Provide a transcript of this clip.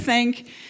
Thank